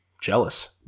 Jealous